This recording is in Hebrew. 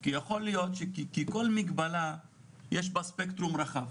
כי בכל מגבלה יש ספקטרום רחב,